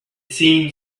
seemed